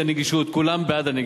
בהסכמה.